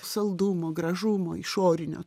saldumo gražumo išorinio